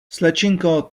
slečinko